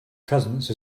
presence